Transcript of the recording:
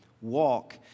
walk